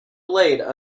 blade